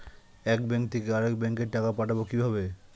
এক ব্যাংক থেকে আরেক ব্যাংকে টাকা পাঠাবো কিভাবে?